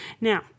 Now